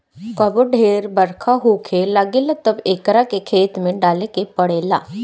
कबो ढेर बरखा होखे लागेला तब एकरा के खेत में डाले के पड़ेला